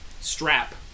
strap